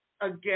again